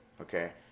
okay